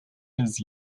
his